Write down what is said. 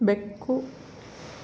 ಬೆಕ್ಕು